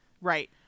right